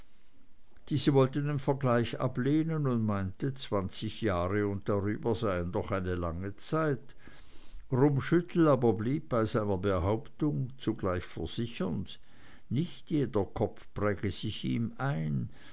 diese wollte den vergleich ablehnen und meinte zwanzig jahre und drüber seien doch eine lange zeit rummschüttel blieb aber bei seiner behauptung zugleich versichernd nicht jeder kopf präge sich ihm ein